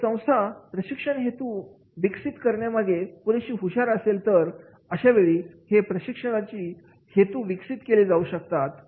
जर संस्था प्रशिक्षण हेतु विकसित करण्यामध्ये पुरेशी हुशार असेल तर अशावेळी हे प्रशिक्षणाची हेतू विकसित केले जाऊ शकतील